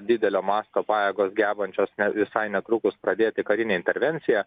didelio masto pajėgos gebančios ne visai netrukus pradėti karinę intervenciją